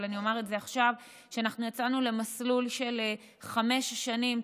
אבל אני אומר את זה עכשיו: יצאנו למסלול של חמש שנים,